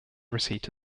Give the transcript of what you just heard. receipt